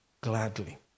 Gladly